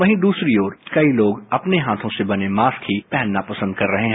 वहीं दूसरी ओर कई लोग अपने हाथों से ही बने मास्क पहनना पसंद कर रहे हैं